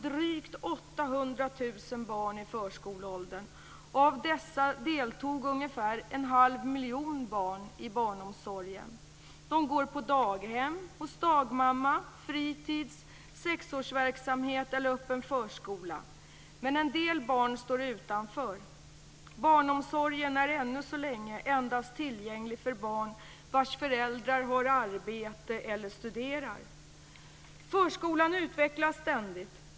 De går på daghem, hos dagmamma, fritids, sexårsverksamhet eller öppen förskola. Men en del barn står utanför. Barnomsorgen är ännu så länge endast tillgänglig för barn vars föräldrar har arbete eller studerar. Förskolan utvecklas ständigt.